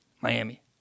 Miami